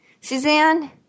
Suzanne